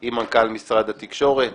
עם מנכ"ל משרד התקשורת,